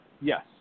Yes